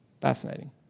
Fascinating